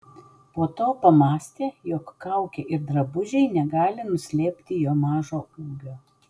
po to pamąstė jog kaukė ir drabužiai negali nuslėpti jo mažo ūgio